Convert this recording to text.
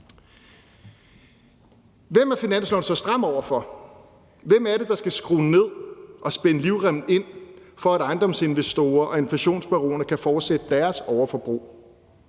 Hvem er finanslovsforslaget så stramt over for? Hvem er det, der skal skrue ned og spænde livremmen ind, for at ejendomsinvestorer og inflationsbaroner kan fortsætte deres overforbrug?